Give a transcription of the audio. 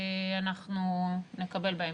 אנחנו נקבל בהמשך.